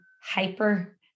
hyper